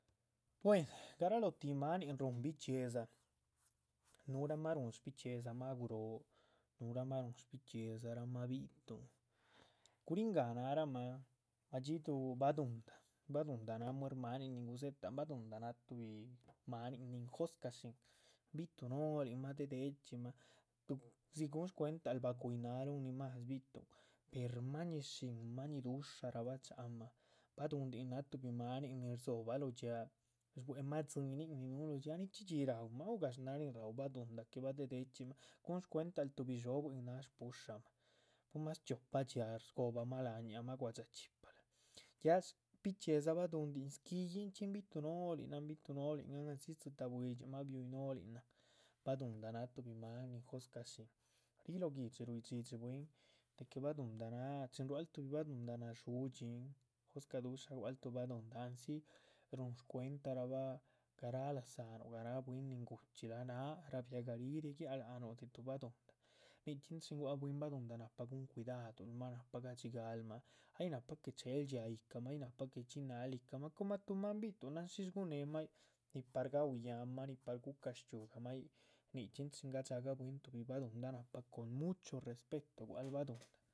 Buen, garalóh tih maanin rúhun bichxíedza nuhurahma rúhun chxioopah rahma guhróo, nuhurahma rúhun shbichxíedzarahm bi´tuhn guríhn gáh náh rahma,. madxíduh baduhundá, baduhundá náh muer máanin nin gudzétahn baduhundá náh tuhbi máanin nin joscahshín bi´tuhnolihn máh de´dechxí mah, gúhun shcuentaluh gúhun. shcuentaluh bacuíhn náluhun non bi´tuhn per ma´ñi shín ma´ñi du´sha raba´chamah, baduhundin náh tuhbi máanin nin rdzo´bah lóh dxiáac shbuemah dzíhinin nin núh. lóh dxiáac nichxí dxí rau´mah, oh gash náh nin ra´u baduhundá quebah de´de´chxí mah, gúhún shcuentaluh tuhbi dhxóbuihn náhan, náh shpu´shamah, pu´mas chxioopah dxiáac. shgo´bahma láhan ñih, ahma guadxá chxípadza, ya shbichxíedza baduhundin squíyinchxí bi´tuhnolihn náhan, bi´tuhnolih náhan andzi dzitáh buidximah biúh yic nólinahn. baduhundá náh tuhbi máan nin joscahshín ríh lóh guihdxi ruidxídxi bwín de que baduhundá, náh chin rua´luh tuh baduhundá nadshu´dxin jósca dusha gua´luh tuh baduhundá. andzi rúhun shcuentarahba garáh laza´nuh garáh bwín nin gu´chxílah náha rabiagah ríh rie´giac láhnu de tuh baduhundá nichxínn- chin gua´c bwín lác tuh baduhundá. nahpa gúhun cuidaduh luuhma nahpa gadxigah luhmah ay nahpa que che´luh dxhía yícahma, ay nahpa que chxín náhluh yícahma coma tuhbi máan bi´tuhnan shis guhun néhma yíc,. ni par gahu yá ma, ni paar guca shchxíugahma yíc, nichxín chin gadxa´gah bwín tuhbi baduhundá nahpa con mucho respecto gua´luh baduhundá.